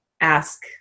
ask